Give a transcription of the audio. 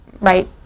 right